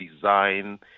design